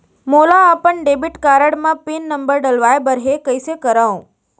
मोला अपन debit card म पिन नंबर डलवाय बर हे कइसे करव?